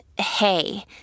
hey